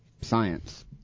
science